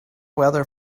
weather